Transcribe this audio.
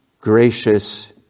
gracious